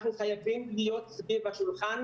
אנחנו חייבים להיות סביב השולחן.